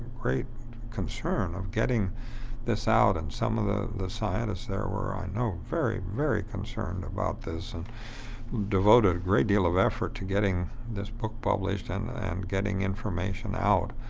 great concern of getting this out. and some of the the scientists there were i know, very, very concerned about this, and devoted a great deal of effort to getting this book published and, and getting information out.